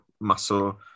muscle